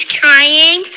trying